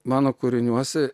mano kūriniuose